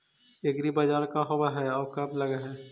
एग्रीबाजार का होब हइ और कब लग है?